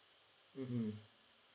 mmhmm